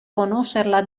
conoscerla